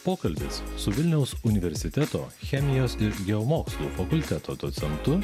pokalbis su vilniaus universiteto chemijos ir geomokslų fakulteto docentu